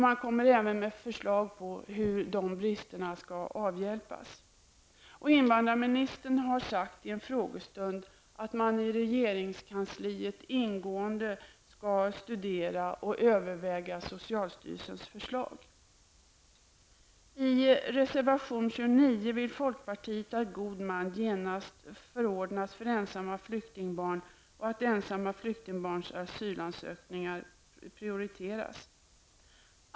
Man kommer även med förslag på hur bristerna skall avhjälpas. Invandrarministern har sagt i en frågestund att man i regeringskansliet ingående skall studera och överväga socialstyrelsens förslag. I reservation nr 29 vill folkpartiet att god man genast förordnas för ensamma flyktingbarn och att ensamma flyktingbarns asylansökningar prioriteras.